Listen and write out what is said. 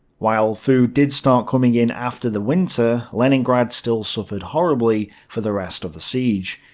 while food did start coming in after the winter, leningrad still suffered horribly for the rest of the siege.